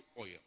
oil